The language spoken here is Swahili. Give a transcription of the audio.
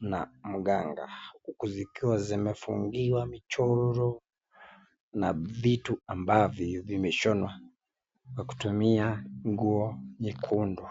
na mganga uku zikiwa zimefungiwa michoro na vitu ambavyo vimeshonwa kwa kutumia nguo nyekundu.